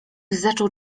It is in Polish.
zaczął